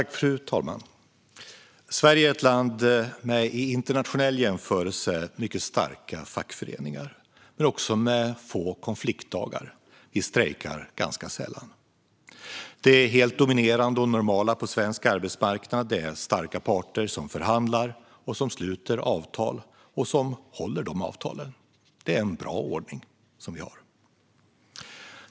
Fru talman! Sverige är ett land med i internationell jämförelse mycket starka fackföreningar men också få konfliktdagar. Vi strejkar ganska sällan. Det helt dominerande och normala på svensk arbetsmarknad är starka parter som förhandlar om och sluter avtal och som håller de avtalen. Det är en bra ordning vi har.